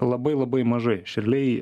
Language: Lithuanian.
labai labai mažai aš realiai